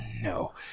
No